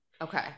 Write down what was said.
Okay